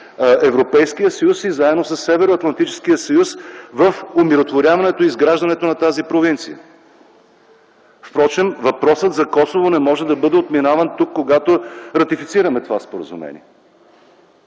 Европейския съюз и със Северноатлантическия съюз в умиротворяването и изграждането на тази провинция. Впрочем въпросът за Косово не може да бъде отминаван тук, когато ратифицираме това споразумение.